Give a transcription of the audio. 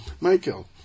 michael